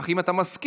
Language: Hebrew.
אך אם אתה מסכים,